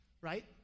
right